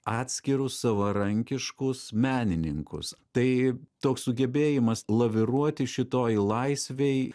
atskirus savarankiškus menininkus tai toks sugebėjimas laviruoti šitoj laisvėj